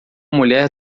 mulher